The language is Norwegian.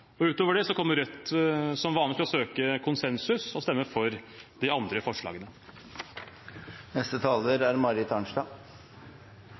Utover det kommer Rødt som vanlig til å søke konsensus og stemmer for de andre forslagene.